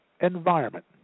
environment